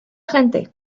gente